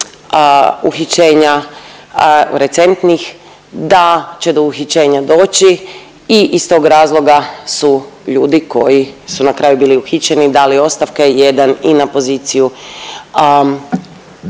uhićenja recentnih da će do uhićenja doći i iz tog razloga su ljudi koji su na kraju bili uhićeni dali ostavke, jedan i na poziciju